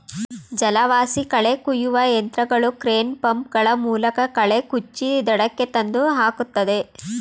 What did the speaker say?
ಜಲವಾಸಿ ಕಳೆ ಕುಯ್ಯುವ ಯಂತ್ರಗಳು ಕ್ರೇನ್, ಪಂಪ್ ಗಳ ಮೂಲಕ ಕಳೆ ಕುಚ್ಚಿ ದಡಕ್ಕೆ ತಂದು ಹಾಕುತ್ತದೆ